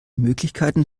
möglichkeiten